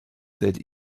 that